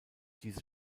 diese